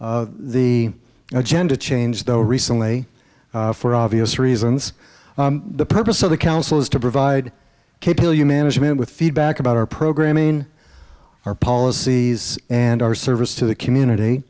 the agenda changed though recently for obvious reasons the purpose of the council is to provide kill you management with feedback about our programme in our policies and our service to the community